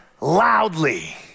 loudly